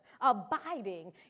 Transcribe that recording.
Abiding